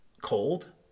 cold